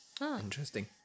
Interesting